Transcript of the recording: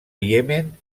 iemen